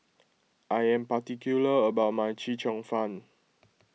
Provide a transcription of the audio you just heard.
I am particular about my Chee Cheong Fun